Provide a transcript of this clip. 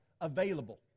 available